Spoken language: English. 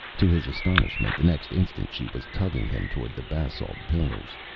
to his astonishment, the next instant she was tugging him toward the basalt pillars.